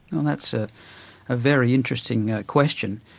well that's a very interesting question.